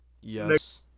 Yes